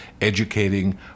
educating